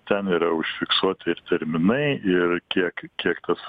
ten yra užfiksuoti ir terminai ir kiek kiek tas